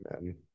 man